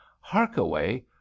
Harkaway